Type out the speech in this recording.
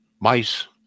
mice